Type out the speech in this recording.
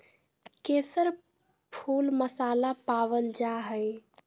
केसर फुल मसाला पावल जा हइ